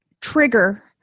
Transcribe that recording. trigger